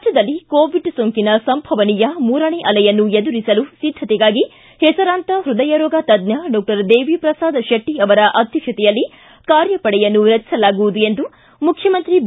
ರಾಜ್ಞದಲ್ಲಿ ಕೋವಿಡ್ ಸೋಂಕಿನ ಸಂಭವನೀಯ ಮೂರನೇ ಅಲೆಯನ್ನು ಎದುರಿಸಲು ಸಿದ್ದತೆಗಾಗಿ ಹೆಸರಾಂತ ಹೃದಯರೋಗ ತಜ್ಞ ಡಾಕ್ಷರ್ ದೇವಿ ಪ್ರಸಾದ್ ಶೆಟ್ಟ ಅವರ ಅಧ್ಯಕ್ಷತೆಯಲ್ಲಿ ಕಾರ್ಯಪಡೆಯನ್ನು ರಚಿಸಲಾಗುವುದು ಎಂದು ಮುಖ್ಯಮಂತ್ರಿ ಬಿ